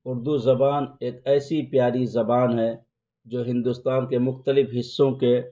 اردو زبان ایک ایسی پیاری زبان ہے جو ہندوستان کے مختلف حصوں کے